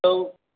hello